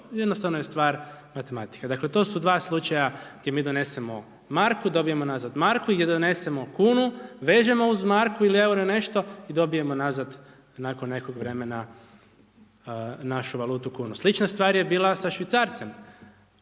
jednostavno je stvar matematike. Dakle, to su 2 slučaja gdje mi donesemo marku, dobijemo nazad marku, gdje donesemo kunu, vežemo uz marku ili euro ili nešto i dobijemo nazad nakon nekog vremena našu valutu kunu. Slična stvar je bila i sa švicarcem.